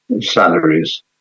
salaries